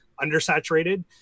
undersaturated